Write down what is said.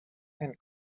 and